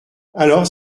alors